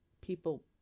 people